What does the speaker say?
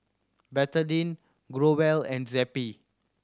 Betadine Growell and Zappy